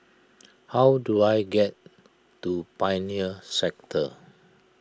how do I get to Pioneer Sector